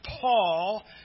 Paul